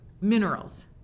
minerals